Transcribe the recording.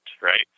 right